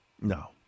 No